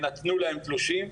נתנו להם תלושים,